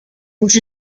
which